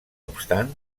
obstant